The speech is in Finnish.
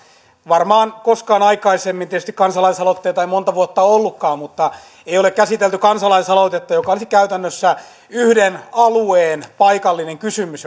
varmaan koskaan aikaisemmin tietysti kansalaisaloitteita ei monta vuotta ole ollutkaan ei ole käsitelty kansalaisaloitetta joka olisi käytännössä yhden alueen paikallinen kysymys